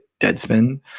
Deadspin